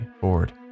board